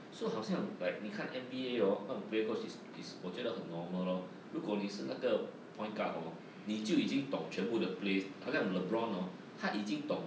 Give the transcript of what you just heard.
so 好像 like 你看 N_B_A hor 那种 player coach is is 我觉得很 normal lor 如果你是那个 point guard hor 你就已经懂全部 the plays 好像 lebron hor 他已经懂